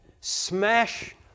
smash